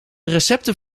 recepten